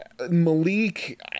Malik